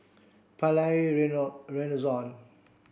Palais Renaissance